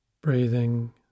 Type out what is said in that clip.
breathing